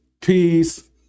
peace